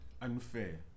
unfair